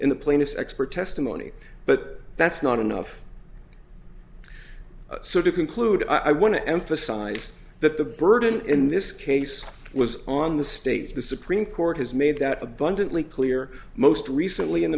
in the plaintiff's expert testimony but that's not enough sort of conclude i want to emphasize that the burden in this case was on the state the supreme court has made that abundantly clear most recently